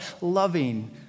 loving